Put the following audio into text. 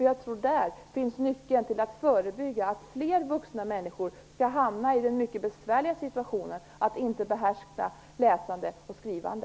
Jag tror att det är där nyckeln finns för att förebygga att fler vuxna människor hamnar i den mycket besvärliga situationen att inte behärska läsande och skrivande.